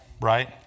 Right